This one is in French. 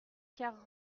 quarante